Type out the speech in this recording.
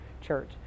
church